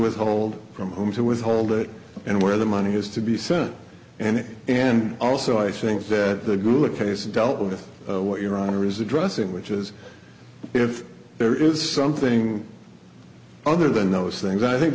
withhold from whom to withhold it and where the money has to be sent and and also i think that the good case dealt with what your honor is addressing which is if there is something other than those things i think